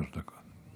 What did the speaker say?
בבקשה, שלוש דקות.